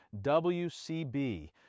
WCB